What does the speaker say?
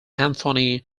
anthony